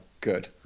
good